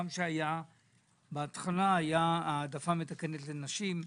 גם כשבהתחלה הייתה העדפה מתקנת לנשים.